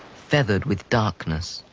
feathered with darkness.